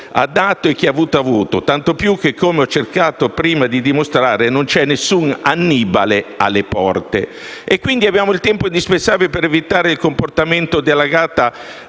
dato e chi ha avuto ha avuto. Tanto più che, come ho cercato prima di dimostrare, non c'è alcun Annibale alle porte e quindi abbiamo il tempo indispensabile per evitare il comportamento della gatta